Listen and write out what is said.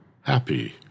happy